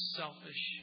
selfish